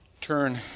turn